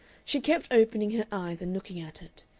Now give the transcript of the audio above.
she kept opening her eyes and looking at it.